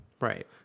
Right